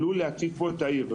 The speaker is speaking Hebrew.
עלול להצית פה את העיר.